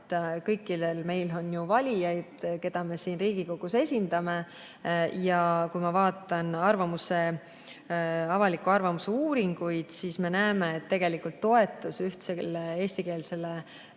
kõikidel meil on valijad, keda me siin Riigikogus esindame. Ja kui ma vaatan avaliku arvamuse uuringuid, siis me näeme, et tegelikult toetus ühtsele eestikeelsele